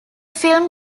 film